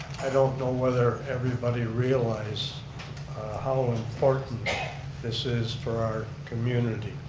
i don't know whether everybody realize how important this is for our community.